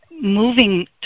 moving